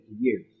years